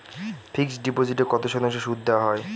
Fixed ডিপোজিটে কত শতাংশ সুদ দেওয়া হয়?